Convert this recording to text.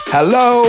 Hello